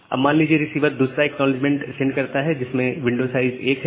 अब मान लीजिए रिसीवर दूसरा एक्नॉलेजमेंट सेंड करता है जिसमें विंडो साइज 1 है